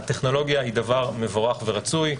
הטכנולוגיה היא דבר מבורך ורצוי.